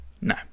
no